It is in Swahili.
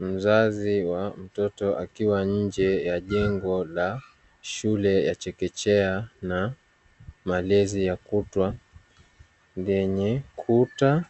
Mzazi wa mtoto akiwa nje ya jengo la shule ya chekechea na malezi ya kutwa, lenye kuta